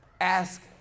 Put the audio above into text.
ask